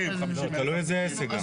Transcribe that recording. זה גם תלוי איזה עסק.